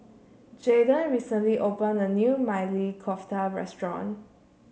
Jaiden recently opened a new Maili Kofta Restaurant